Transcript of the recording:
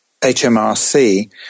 HMRC